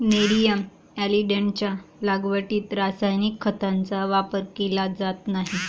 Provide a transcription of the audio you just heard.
nerium ऑलिंडरच्या लागवडीत रासायनिक खतांचा वापर केला जात नाही